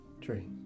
tree